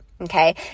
Okay